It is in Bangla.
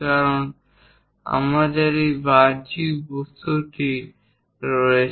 কারণ আমাদের এই বাহ্যিক বস্তুটি রয়েছে